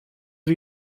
les